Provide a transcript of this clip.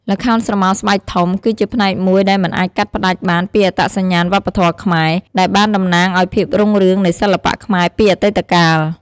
ល្ខោនស្រមោលស្បែកធំគឺជាផ្នែកមួយដែលមិនអាចកាត់ផ្ដាច់បានពីអត្តសញ្ញាណវប្បធម៌ខ្មែរ ដែលបានតំណាងឲ្យភាពរុងរឿងនៃសិល្បៈខ្មែរពីអតីតកាល។